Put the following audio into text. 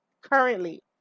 currently